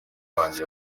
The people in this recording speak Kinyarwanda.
wanjye